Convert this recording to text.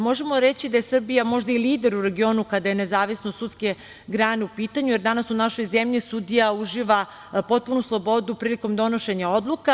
Možemo reći da je Srbija možda i lider u regionu kada je nezavisnost sudske grane u pitanju, jer danas u našoj zemlji sudija uživa potpunu slobodu prilikom donošenja odluka.